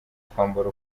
kwambara